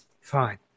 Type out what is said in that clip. Fine